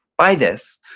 by this,